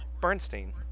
bernstein